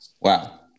Wow